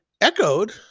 echoed